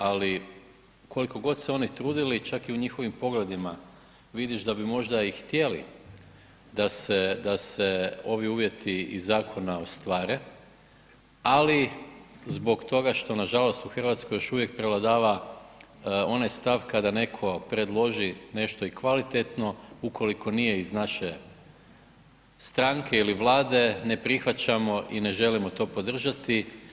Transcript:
Ali, koliko god se oni trudili, čak i u njihovim pogledima vidiš da bi možda i htjeli da se ovi uvjeti iz zakona ostvare, ali zbog toga što nažalost u Hrvatskoj još uvijek prevladava onaj stav kada netko predloži nešto i kvalitetno, ukoliko nije iz naše stranke ili Vlade, ne prihvaćamo i ne želimo to podržati.